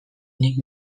nik